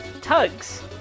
Tugs